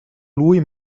lui